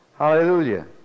Hallelujah